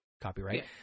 copyright